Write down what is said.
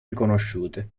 riconosciute